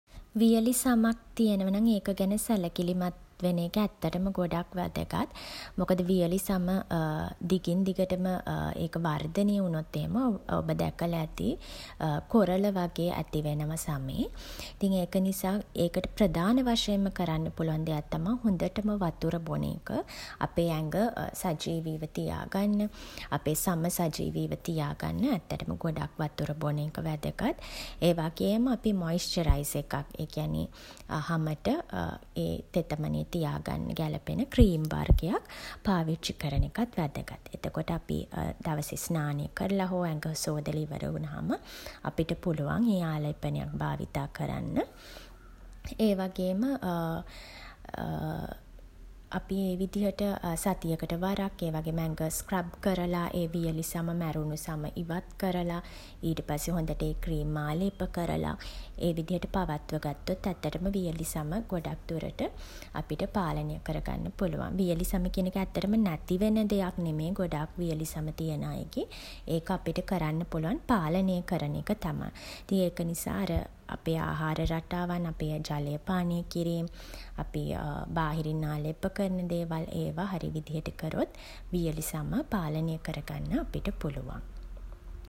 වියළි සමක් තියෙනවා නම් ඒක ගැන සැලකිලිමත් වෙන එක ඇත්තටම ගොඩක් වැදගත්. මොකද වියළි සම දිගින් දිගටම ඒක වර්ධනය වුණොත් එහෙම ඔබ දැකලා ඇති කොරළ වගේ ඇති වෙනවා සමේ. ඉතින් ඒක නිසා ඒකට ප්‍රධාන වශයෙන්ම කරන්න පුළුවන් දෙයක් තමා හොඳටම වතුර බොන එක. අපේ ඇඟ සජීවීව තියාගන්න, අපේ සම සජීවීව තියාගන්න ඇත්තටම ගොඩක් වතුර බොන එක වැදගත්. ඒවගේම අපි මොයිස්චරයිසර් එකක් ඒ කියන්නේ හමට තෙතමනය තියාගන්න ගැලපෙන ක්‍රීම් වර්ගයක් පාවිච්චි කරන එකත් වැදගත්. එතකොට අපි දවසේ ස්නානය කරලා හෝ ඇඟ සෝදලා ඉවර වුණහම අපිට පුළුවන් ඒ ආලේපනයක් භාවිතා කරන්න. ඒවගේම අපි ඒ විදිහට සතියකට වරක් ඒවගේම ඇඟ ස්ක්‍රබ් කරලා ඒ වියළි සම, මැරුණු සම ඉවත් කරලා ඊට පස්සේ හොඳට ඒ ක්‍රීම් ආලේප කරලා ඒ විදිහට පවත්ව ගත්තොත් ඇත්තටම වියළි සම ගොඩක් දුරට අපිට පාලනය කරගන්න පුළුවන්. වියළි සම කියන එක ඇත්තටම නැති වෙන දෙයක් නෙමේ. ගොඩාක් වියළි සම තියන අයගේ ඒක අපිට කරන්න පුළුවන් පාලනය කරන එක තමයි. ඉතින් ඒක නිසා අර අපේ ආහාර රටාවන්, ජලය පානය කිරීම්, අපි බාහිරින් ආලේප කරන දේවල් ඒවා හරි විදිහට කරොත් වියළි සම පාලනය කරගන්න අපිට පුළුවන්.